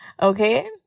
Okay